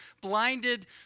blinded